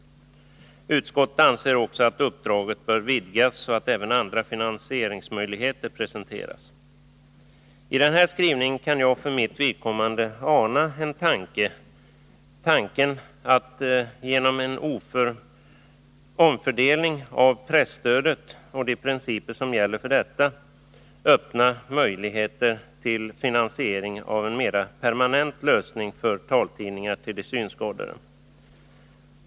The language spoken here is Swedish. Utskottet anser också att uppdraget bör vidgas så att även andra finansieringsmöjligheter presenteras. I den här skrivningen kan jag för mitt vidkommande ana en tanke — tanken att man genom en omfördelning av presstödet och de principer som gäller för detta skall öppna möjligheter till finansiering av en mer permanent lösning för taltidningar till de synskadade.